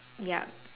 yup